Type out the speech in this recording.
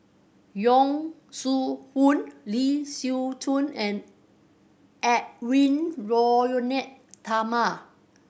Yong Shu Hoong Lee Siew Choh and Edwy Lyonet Talma